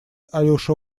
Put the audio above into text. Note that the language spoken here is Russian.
алеша